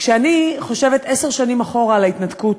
כשאני חושבת עשר שנים אחורה על ההתנתקות,